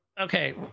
Okay